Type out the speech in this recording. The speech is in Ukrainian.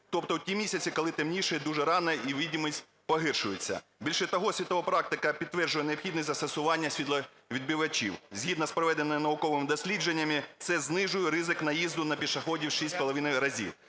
тобто в ті місяці, коли темнішає дуже рано і видимість погіршується. Більше того, світова практика підтверджує необхідність застосування світловідбивачів. Згідно з проведеними науковими дослідженнями це знижує ризик наїзду на пішоходів в